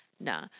nah